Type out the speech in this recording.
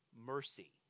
mercy